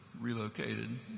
relocated